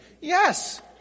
Yes